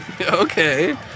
Okay